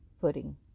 footing